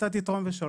אתה תתרום ושלום.